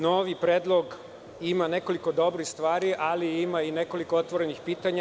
Novi predlog ima nekoliko dobrih stvari, ali ima i nekoliko otvorenih pitanja.